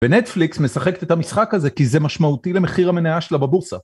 ונטפליקס משחק את המשחק הזה כי זה משמעותי למחיר המניה שלה בבורסה.